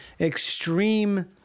extreme